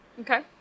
Okay